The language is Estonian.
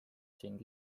siin